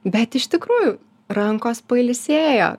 bet iš tikrųjų rankos pailsėjo